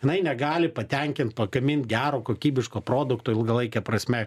jinai negali patenkint pagamint gero kokybiško produkto ilgalaike prasme